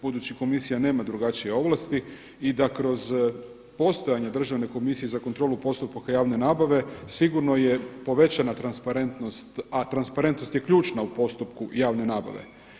Budući komisija nema drugačije ovlasti i da kroz postoje Državne komisije za kontrolu postupaka javne nabave sigurno je povećana transparentnost, a transparentnost je ključna u postupku javne nabave.